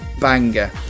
banger